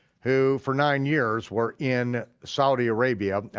who for nine years were in saudi arabia,